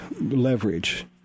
leverage